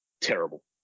terrible